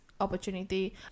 opportunity